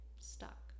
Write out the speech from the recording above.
stuck